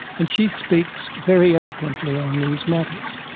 and she speaks very eloquently on these matters.